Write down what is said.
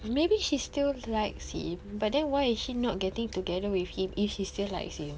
maybe she still likes him but then why is she not getting together with him if she still likes him